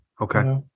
Okay